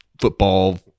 football